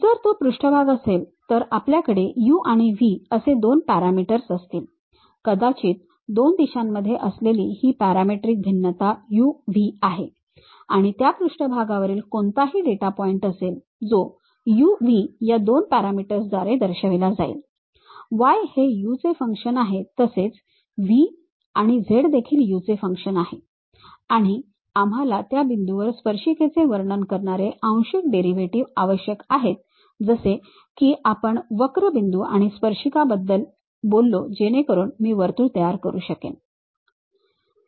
जर तो पृष्ठभाग असेल तर आपल्याकडे u आणि v असे दोन पॅरामीटर्स असतील कदाचित दोन दिशांमध्ये असलेली ही पॅरामेट्रिक भिन्नता u v आहे आणि त्या पृष्ठभागावरील कोणताही डेटा पॉइंट असेल जो u v या दोन पॅरामीटर्सद्वारे दर्शविला जाईल y हे u चे फंक्शन आहे तसेच v आणि z देखील u चे फंक्शन आहे आणि आम्हाला त्या बिंदूंवर स्पर्शिकेचे वर्णन करणारे आंशिक डेरिव्हेटिव्ह आवश्यक आहेत जसे की आपण वक्र बिंदू आणि स्पर्शिका याबद्दल बोललो जेणेकरून मी वर्तुळ तयार करू शकेन